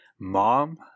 mom